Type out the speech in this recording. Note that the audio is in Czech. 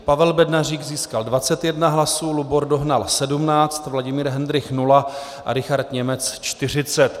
Pavel Bednařík získal 21 hlasů, Lubor Dohnal 17, Vladimír Hendrich 0 a Richard Němec 40.